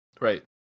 Right